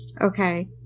okay